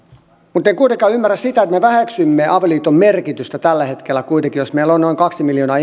mutta en kuitenkaan ymmärrä sitä että me väheksymme avioliiton merkitystä jos meillä tällä hetkellä kuitenkin on avioliitossa noin kaksi miljoonaa